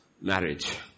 marriage